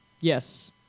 Yes